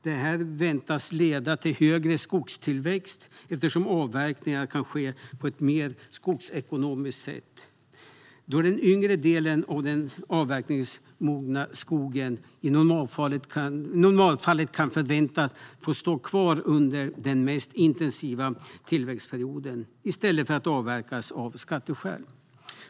Detta väntas leda till högre skogstillväxt eftersom avverkningar kan ske på ett mer skogsekonomiskt sätt då den yngre delen av den avverkningsmogna skogen i normalfallet kan förväntas få stå kvar under den mest intensiva tillväxtperioden i stället för att avverkas av skatteskäl.